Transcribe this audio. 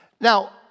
Now